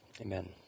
Amen